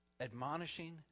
Admonishing